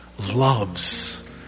loves